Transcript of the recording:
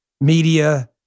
media